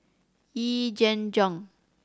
Yee Jenn Jong